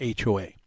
HOA